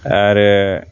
आरो